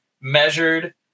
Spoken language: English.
measured